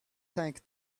tank